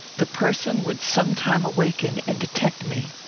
the person would some time awaken and detect me.